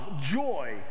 joy